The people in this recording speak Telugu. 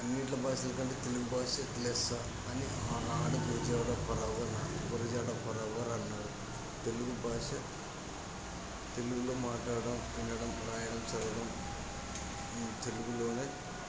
అన్నింటిలో భాషల కంటే తెలుగు భాష లెస్సా అని ఆనాడు గురజాడ అప్పారావు గారు అన్నా గురజాడ అప్పారావు గారు అన్నారు తెలుగు భాష తెలుగులో మాట్లాడటం వినడం వ్రాయడం చదవడం తెలుగులోనే